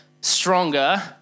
stronger